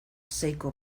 seiko